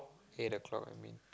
eight o-clock I mean